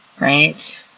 right